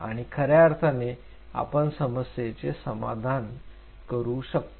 आणि खऱ्या अर्थाने आपण समस्येचे समाधान कसे करू शकतो